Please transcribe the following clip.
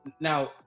now